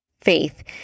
faith